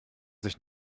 sich